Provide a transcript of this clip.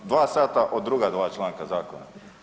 Dva sata o druga dva članka zakona.